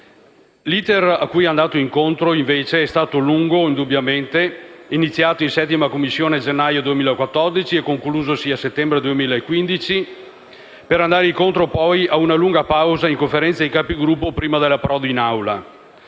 l'*iter* a cui è andato incontro è stato invece indubbiamente lungo, iniziato in 7a Commissione a gennaio 2014, conclusosi a settembre 2015, per andare incontro poi ad una lunga pausa in Conferenza di capigruppo, prima dell'approdo in